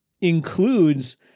includes